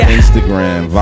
Instagram